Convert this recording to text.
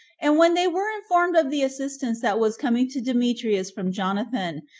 and when they were informed of the assistance that was coming to demetrius from jonathan,